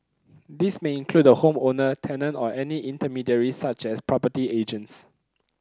this may include the home owner tenant or any intermediaries such as property agents